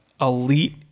elite